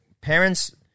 parents